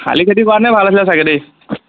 খালি খেতি কৰা হ'লে ভাল আছিলে চাগে দেই